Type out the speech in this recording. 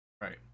Right